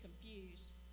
confused